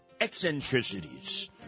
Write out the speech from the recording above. eccentricities